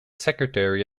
secretary